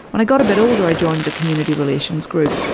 when i got a bit older i joined a community relations group.